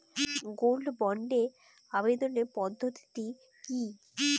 Gold বন্ডে আবেদনের পদ্ধতিটি কি?